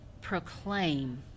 proclaim